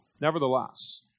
Nevertheless